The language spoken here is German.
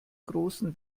großen